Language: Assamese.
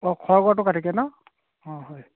অঁ খৰ্গটো কাটিকে নহ্ অঁ হয়